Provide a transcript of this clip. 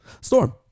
Storm